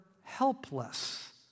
helpless